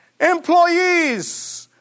Employees